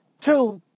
two